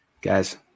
guys